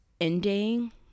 ending